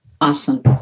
Awesome